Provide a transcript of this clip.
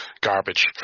garbage